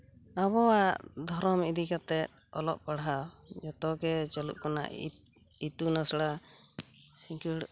ᱟᱵᱚᱣᱟᱜ ᱫᱷᱚᱨᱚᱢ ᱤᱫᱤᱠᱟᱛᱮᱫ ᱚᱞᱚᱜ ᱯᱟᱲᱦᱟᱣ ᱡᱚᱛᱚᱜᱮ ᱪᱟᱹᱞᱩᱜ ᱠᱟᱱᱟ ᱤᱛᱩᱱ ᱟᱥᱲᱟ ᱥᱤᱸᱜᱟᱹᱲ